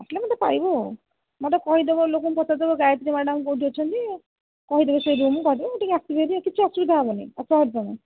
ଆସିଲେ ମୋତେ ପାଇବ ଆଉ ମୋତେ କହିଦେବ ଲୋକେଶନ୍ ପଚାରିଦେବ ଗାୟତ୍ରୀ ମ୍ୟାଡ଼ମ୍ କେଉଁଠି ଅଛନ୍ତି କହିଦେବେ ସେହି ରୁମ୍ରେ କହିଦେବେ କିଛି ଅସୁବିଧା ହେବନି ଆସ ଭାରି ତୁମେ